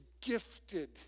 gifted